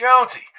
Jonesy